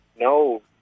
No